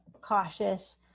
cautious